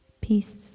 Peace